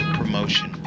promotion